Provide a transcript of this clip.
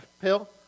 pill